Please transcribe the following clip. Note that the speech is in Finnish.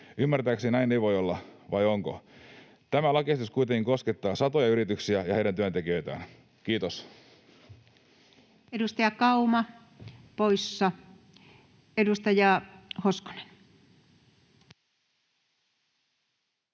Ymmärtääkseni näin ei voi olla, vai voiko? Tämä lakiesitys kuitenkin koskettaa satoja yrityksiä ja heidän työntekijöitään. — Kiitos. [Speech 33] Speaker: Anu Vehviläinen